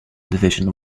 division